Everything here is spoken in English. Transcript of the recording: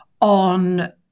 on